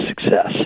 success